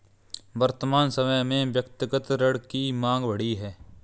वर्तमान समय में व्यक्तिगत ऋण की माँग बढ़ी है